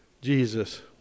Jesus